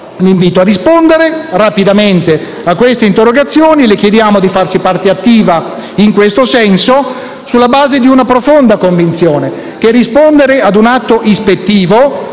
l'invito a rispondere rapidamente a queste interrogazioni e le chiediamo di farsi parte attiva in questo senso, sulla base di una profonda convinzione: che rispondere a un atto di